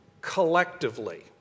collectively